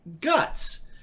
guts